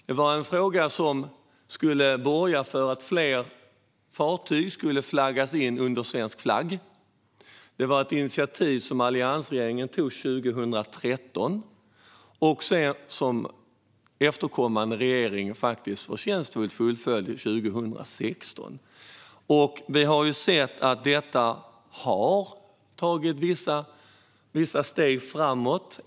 Den skulle borga för att fler fartyg skulle flaggas in under svensk flagg. Det var ett initiativ som alliansregeringen tog 2013 och som efterkommande regering faktiskt förtjänstfullt fullföljde 2016. Vi har sett att det har tagits vissa steg framåt.